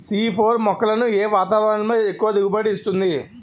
C four మొక్కలను ఏ వాతావరణంలో ఎక్కువ దిగుబడి ఇస్తుంది?